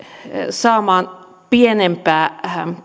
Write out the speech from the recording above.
saamaan pienempää